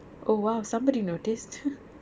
oh !wow! somebody noticed